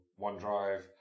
OneDrive